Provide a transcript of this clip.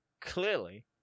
clearly